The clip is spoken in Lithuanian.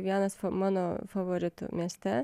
vienas mano favoritų mieste